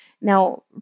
now